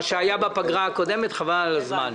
מה שהיה בפגרה הקודמת חבל על הזמן.